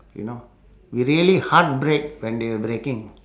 you know we really heartbreak when they're breaking